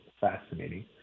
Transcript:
fascinating